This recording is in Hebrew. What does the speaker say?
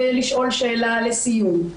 ולשאול שאלה לסיום.